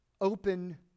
open